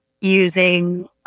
using